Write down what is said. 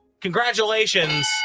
Congratulations